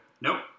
Nope